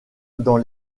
dans